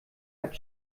hat